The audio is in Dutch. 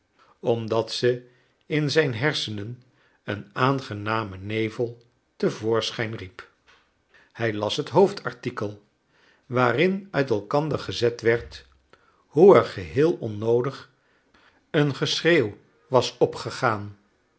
omdat ze in zijn hersenen een aangenamen nevel te voorschijn riep hij las het hoofdartikel waarin uit elkander gezet werd hoe er geheel onnoodig een geschreeuw was opgegaan